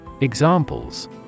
Examples